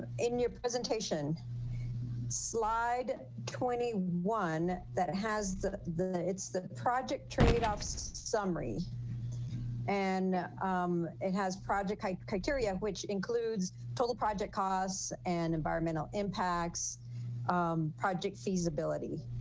in your presentation slide twenty one that has the, the, it's the project trade off summary and it has project type criteria, which includes total project costs and environmental impacts um project feasibility.